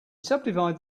subdivide